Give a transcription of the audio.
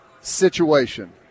situation